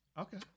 Okay